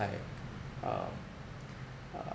like um uh